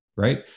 right